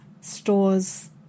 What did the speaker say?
stores